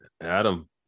Adam